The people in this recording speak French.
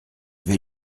vais